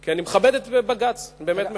כי אני מכבד את בג"ץ, באמת מכבד.